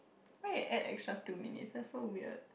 why they add extra two minutes that's so weird